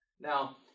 Now